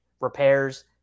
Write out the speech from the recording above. Repairs